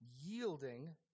yielding